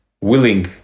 willing